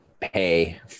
pay